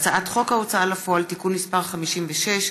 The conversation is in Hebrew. והצעת חוק ההוצאה לפועל (תיקון מס' 56),